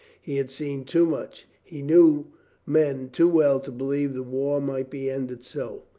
he had seen too much, he knew men too well, to believe the war might be ended so.